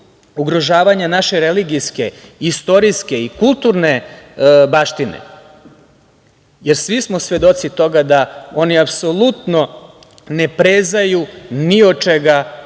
ugrožavanja naše religijske, istorijske i kulturne baštine, jer svi smo svedoci toga da oni apsolutno ne prezaju ni od čega i